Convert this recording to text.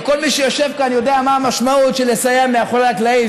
כל מי שיושב כאן יודע מה המשמעות של לסייע מאחורי הקלעים.